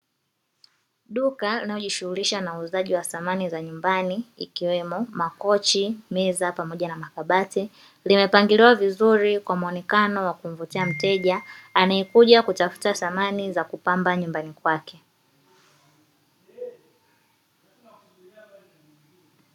Duka linalojishughulisha na uuzaji wa samani za nyumbani, ikiwemo makochi, meza pamoja na viti; limepangiliwa vizuri kwa muonekano wa kumvutia mteja, anayekuja kutafuta samani za kupamba nyumbani kwake.